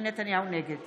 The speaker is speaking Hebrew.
נגד